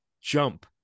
Jump